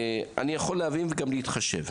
יכול להבין וגם להתחשב.